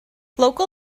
local